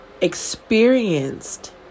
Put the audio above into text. experienced